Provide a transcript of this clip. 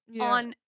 on